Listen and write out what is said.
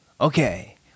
Okay